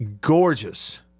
gorgeous